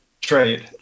trade